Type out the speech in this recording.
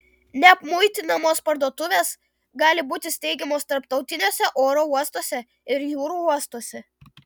neapmuitinamos parduotuvės gali būti steigiamos tarptautiniuose oro uostuose ir jūrų uostuose